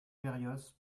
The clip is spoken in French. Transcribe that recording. berrios